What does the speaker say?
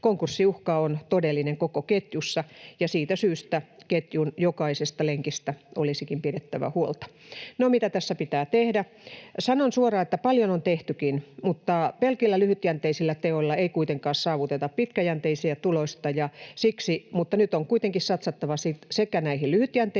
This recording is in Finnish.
Konkurssiuhka on todellinen koko ketjussa, ja siitä syystä ketjun jokaisesta lenkistä olisikin pidettävä huolta. Mitä tässä pitää tehdä? Sanon suoraan, että paljon on tehtykin, mutta pelkillä lyhytjänteisillä teoilla ei kuitenkaan saavuteta pitkäjänteistä tulosta. Nyt on kuitenkin satsattava näihin lyhytjänteisiin